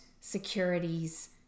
securities